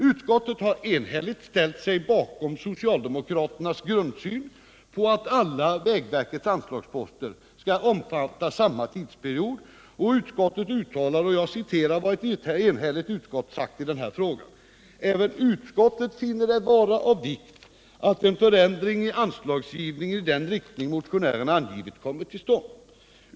Utskottet har enhälligt ställt sig bakom socialdemokraternas grundsyn och uttalar enhälligt: ”Även utskottet finner det vara av vikt att en förändring i anslagsgivningen i den riktning motionärerna angivit kommer till stånd.